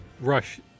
rush